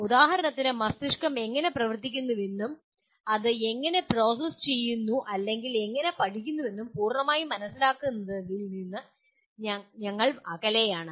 ഉദാഹരണത്തിന് മസ്തിഷ്കം എങ്ങനെ പ്രവർത്തിക്കുന്നുവെന്നും അത് എങ്ങനെ പ്രോസസ്സ് ചെയ്യുന്നു അല്ലെങ്കിൽ എങ്ങനെ പഠിക്കുന്നുവെന്നും പൂർണ്ണമായി മനസ്സിലാക്കുന്നതിൽ നിന്ന് ഞങ്ങൾ അകലെയാണ്